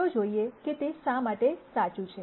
ચાલો જોઈએ કે તે શા માટે સાચું છે